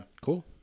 Cool